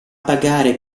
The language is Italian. pagare